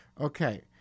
Okay